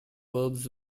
verbs